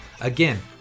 again